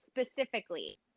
specifically